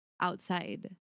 outside